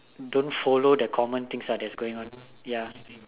don't follow the common things ah that's going on ya